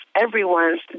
everyone's